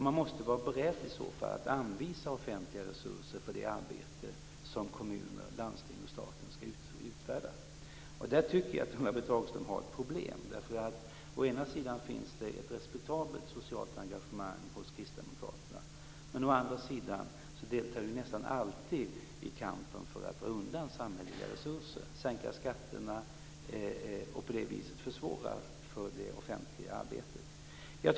Man måste i så fall vara beredd att anvisa offentliga resurser för det arbete som kommuner, landsting och staten skall utföra. Där tycker jag att Ulla-Britt Hagström har ett problem. Å ena sidan finns det ett respektabelt socialt engagemang hos Kristdemokraterna. Å andra sidan deltar de nästan alltid i kampen för att dra undan samhälleliga resurser - sänka skatterna och på det viset försvåra det offentliga arbetet.